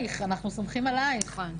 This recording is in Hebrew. אנחנו סומכים עלייך.